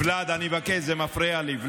ולאד, אני מבקש, זה מפריע לי.